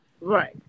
Right